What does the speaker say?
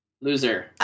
Loser